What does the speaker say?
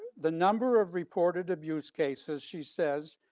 the number of reported abuse cases, she says,